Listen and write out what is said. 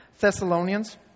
Thessalonians